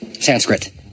Sanskrit